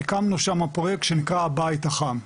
הקמנו שמה פרויקט שנקרא 'הבית החם',